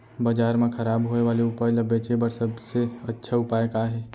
बाजार मा खराब होय वाले उपज ला बेचे बर सबसे अच्छा उपाय का हे?